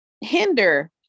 hinder